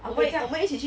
我没有在